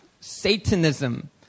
Satanism